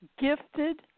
gifted